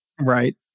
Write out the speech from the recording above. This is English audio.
Right